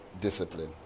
discipline